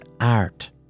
art